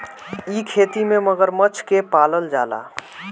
इ खेती में मगरमच्छ के पालल जाला